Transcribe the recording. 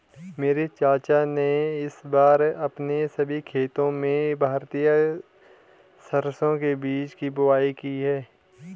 मेरे चाचा ने इस बार अपने सभी खेतों में भारतीय सरसों के बीज की बुवाई की है